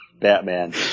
Batman